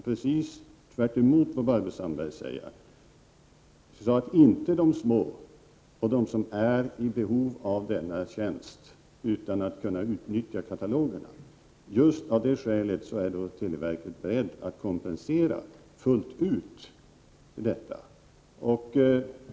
Precis tvärtemot vad Barbro Sandberg säger, är televerket berett att fullt ut kompensera just de små människorna, de som är i behov av denna tjänst och inte kan utnyttja katalogerna.